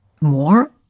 more